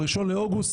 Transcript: ב-1 באוגוסט,